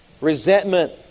resentment